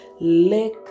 lick